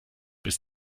bis